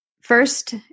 First